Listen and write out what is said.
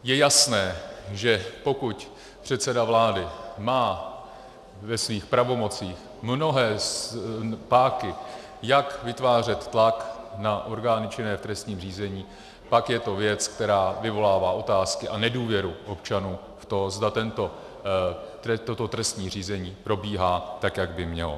Je jasné, že pokud předseda vlády má ve svých pravomocích mnohé páky, jak vytvářet tlak na orgány činné v trestním řízení, pak je to věc, která vyvolává otázky a nedůvěru občanů v to, zda toto trestní řízení probíhá tak, jak by mělo.